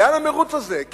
לאן המירוץ הזה?